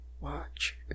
watch